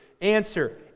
Answer